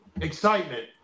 excitement